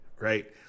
Right